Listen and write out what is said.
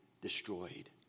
destroyed